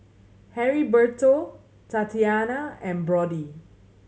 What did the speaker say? Heriberto Tatyana and Brody